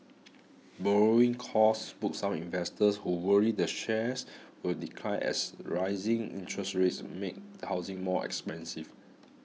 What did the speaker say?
borrowing costs spooked some investors who worry the shares will decline as rising interest rates make housing more expensive